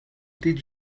did